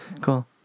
Cool